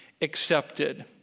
accepted